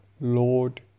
Lord